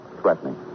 threatening